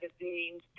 magazines